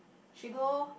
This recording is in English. she go